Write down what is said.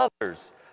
others